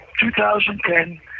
2010